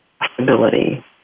possibility